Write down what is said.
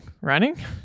running